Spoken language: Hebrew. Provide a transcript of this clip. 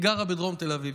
היא גרה בדרום תל אביב,